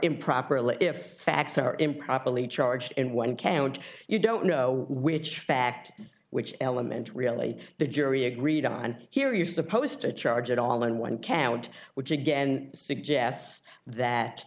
improperly if facts are improperly charged in one carriage you don't know which fact which element really the jury agreed on here you're supposed to charge it all in one count which again suggests that